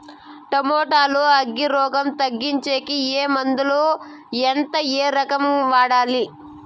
Tomato లో అగ్గి రోగం తగ్గించేకి ఏ మందులు? ఎంత? ఏ రకంగా వాడాలి?